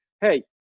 hey